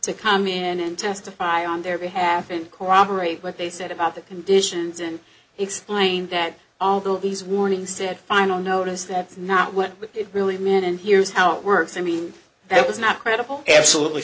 to come in and testify on their behalf and corroborate what they said about the conditions and explained that although these warning said final notice that not went with it really meant and here's how it works i mean that was not credible absolutely